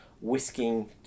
whisking